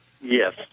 Yes